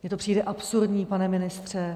Mně to přijde absurdní, pane ministře.